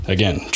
Again